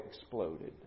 exploded